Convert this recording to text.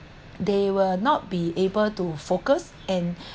they will not be able to focus and